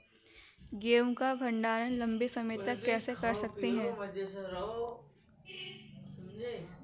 गेहूँ का भण्डारण लंबे समय तक कैसे कर सकते हैं?